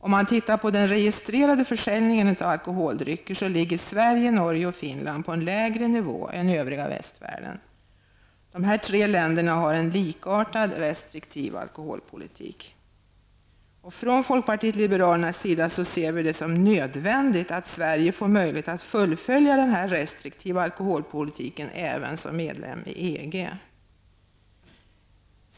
Ser vi till den registrerade försäljningen av alkoholdrycker finner vi att Sverige, Norge och Finland ligger på en lägre nivå än övriga västvärlden. Dessa tre länder för en likartad, restriktiv alkoholpolitik. Vi i folkpartiet liberalerna finner det nödvändigt att Sverige får möjligheter att fullfölja denna restriktiva alkoholpolitik även som medlem i EG.